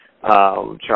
Charles